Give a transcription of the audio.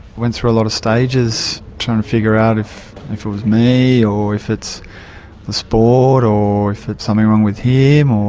went through a lot of stages trying to figure out if if it was me or if it's the sport or if it's something wrong with him,